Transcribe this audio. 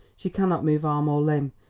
she cannot move arm or limb.